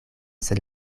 sen